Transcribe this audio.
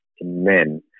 men